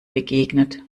begegnet